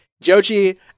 Joji